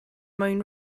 mwyn